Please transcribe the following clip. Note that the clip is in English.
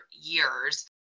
years